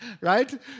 Right